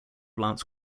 lance